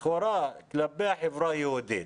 לכאורה, כלפי החברה היהודית.